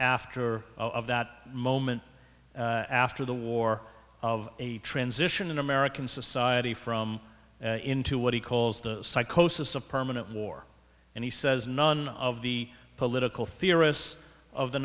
after of that moment after the war of a transition in american society from into what he calls the psychosis a permanent war and he says none of the political theorists of the